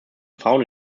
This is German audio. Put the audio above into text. frauen